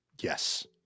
Yes